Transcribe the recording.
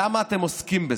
למה אתם עוסקים בזה,